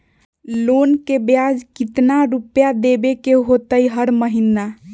Loan के ब्याज कितना रुपैया देबे के होतइ हर महिना?